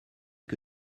que